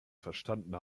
verstanden